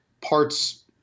parts